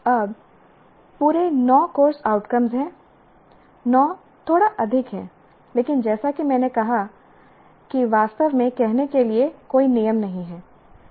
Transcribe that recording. अब पूरे 9 course outcomes हैं 9 थोड़ा अधिक है लेकिन जैसा कि मैंने कहा कि वास्तव में कहने के लिए कोई नियम नहीं है